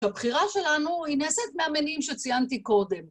‫הבחירה שלנו היא נעשית מהמניעים ‫שציינתי קודם.